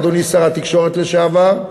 אדוני שר התקשורת לשעבר,